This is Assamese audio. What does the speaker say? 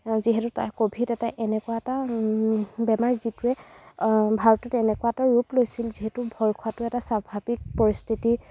যিহেতু তাৰ ক'ভিড এটা এনেকুৱা এটা বেমাৰ যিটোৱে ভালকৈ তেনেকুৱা এটা ৰূপ লৈছিল যিহেতু ভয় খোৱাটো এটা স্বাভাবিক পৰিস্থিতি